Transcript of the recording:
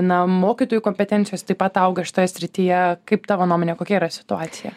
na mokytojų kompetencijos taip pat auga šitoje srityje kaip tavo nuomonė kokia yra situacija